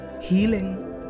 Healing